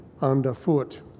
underfoot